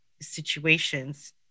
situations